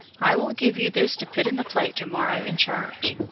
i will give you this to put in the plate to-morrow in church.